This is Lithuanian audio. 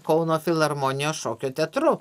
kauno filharmonijos šokio teatru